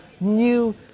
new